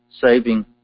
saving